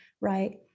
right